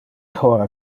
hora